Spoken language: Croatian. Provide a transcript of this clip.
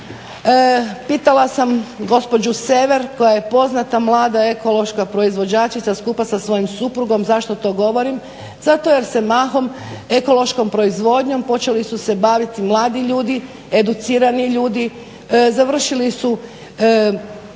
Pitala sam gospođu Sever koja je poznata mlada ekološka proizvođačica skupa sa svojim suprugom, zašto to govorim, zato jer se mahom ekološkom proizvodnjom počeli su se baviti mladi ljudi, educirani ljudi, završili su